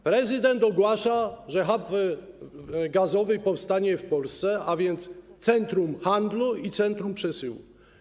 Prezydent ogłasza, że hub gazowy powstanie w Polsce, a więc centrum handlu i centrum przesyłu.